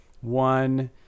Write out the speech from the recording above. one